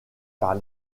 par